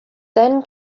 then